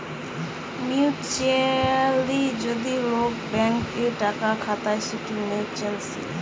mutually যদি লোক bank এ টাকা খাতায় সৌটা মিউচুয়াল সেভিংস